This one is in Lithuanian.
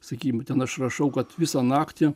sakykim ten aš rašau kad visą naktį